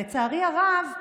לצערי הרב,